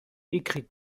écrite